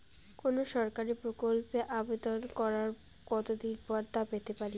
কোনো সরকারি প্রকল্পের আবেদন করার কত দিন পর তা পেতে পারি?